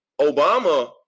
Obama